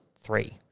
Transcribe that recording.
three